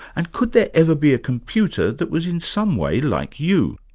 and could there ever be a computer that was in some way like you?